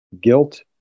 guilt